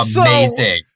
amazing